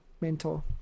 mentor